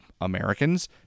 Americans